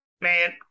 Man